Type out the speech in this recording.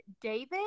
David